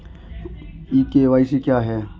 ई KYC क्या है?